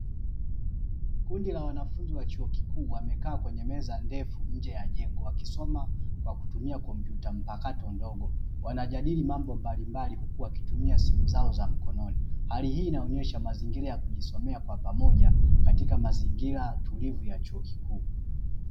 Kundi la wanafunzi wa chuo kikuu wamekaa kwenye meza ndefu nje ya jengo wakisoma kwa kutumia kompyuta mpakato ndogo; wanajadili mambo mbalimbali huku wakitumia simu zao za mkononi, hali hii inaonyesha mazingira ya kujisomea kwa pamoja katika mazingira tulivu ya chuo kikuu.